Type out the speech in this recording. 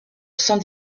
sans